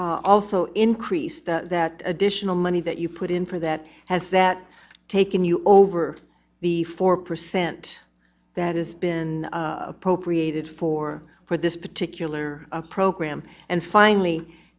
you also increased that additional money that you put in for that has that taken you over the four percent that is been appropriated for for this particular program and finally